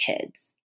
kids